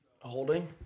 Holding